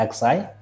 XI